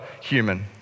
human